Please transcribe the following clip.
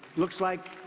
looks like